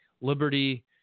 Liberty